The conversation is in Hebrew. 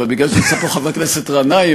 אבל מכיוון שנמצא פה חבר הכנסת גנאים,